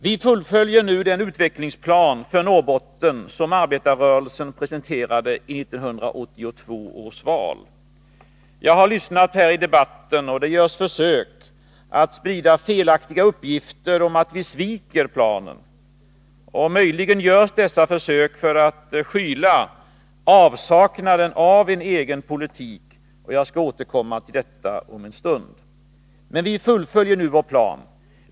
Vi fullföljer nu den utvecklingsplan för Norrbotten som arbetarrörelsen presenterade i 1982 års val. Jag har lyssnat på denna debatt, och det görs försök att sprida felaktiga uppgifter om att vi sviker planen. Möjligen görs dessa försök för att skyla avsaknaden av en egen politik, och jag skall återkomma till detta om en stund. Vi fullföljer alltså nu vår plan.